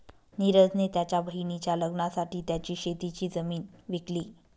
निरज ने त्याच्या बहिणीच्या लग्नासाठी त्याची शेतीची जमीन विकली